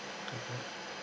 mmhmm